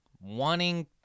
wanting